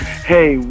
Hey